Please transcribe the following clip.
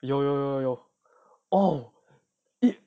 有有有有有 oh it